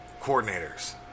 coordinators